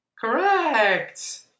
Correct